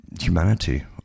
humanity